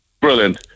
Brilliant